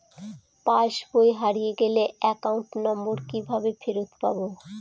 পাসবই হারিয়ে গেলে account number কিভাবে ফেরত পাব?